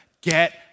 get